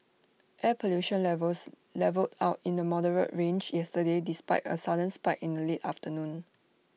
air pollution levels levelled out in the moderate range yesterday despite A sudden spike in the late afternoon